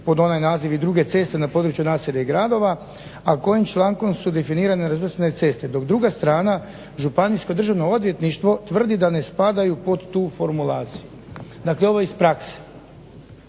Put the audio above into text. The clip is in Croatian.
Pod onim nazivom druge ceste na području naselja i gradova a kojim člankom su definirane nerazvrstane ceste. Dok druga strana Županijsko državno odvjetništvo tvrdi da ne spadaju pod tu formulaciju. Dakle ovo je iz prakse.